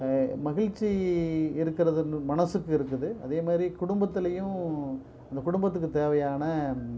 மகிழ்ச்சி இருக்கிறது மனதுக்கு இருக்குது அதேமாதிரி குடும்பத்திலயும் அந்த குடும்பத்துக்கு தேவையான